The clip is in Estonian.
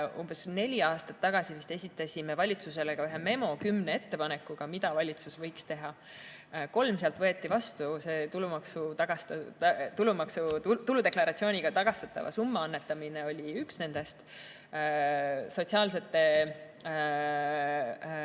Umbes neli aastat tagasi esitasime valitsusele ka ühe memo kümne ettepanekuga, mida valitsus võiks teha. Kolm nendest võeti vastu. See tuludeklaratsiooniga tagastatava summa annetamine oli üks nendest. Social